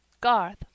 Garth